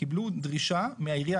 וקיבלו דרישה מהעירייה,